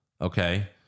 Okay